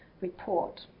report